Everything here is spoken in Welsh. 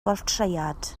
bortread